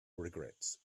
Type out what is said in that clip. regrets